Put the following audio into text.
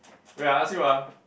wait I ask you ah